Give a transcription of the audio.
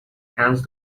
hence